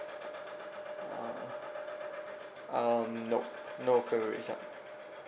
uh um nope no queries ah